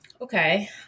Okay